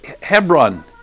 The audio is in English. Hebron